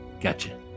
Gotcha